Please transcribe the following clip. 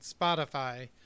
Spotify